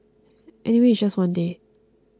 anyway it's just one day